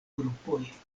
grupoj